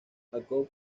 jacob